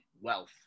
wealth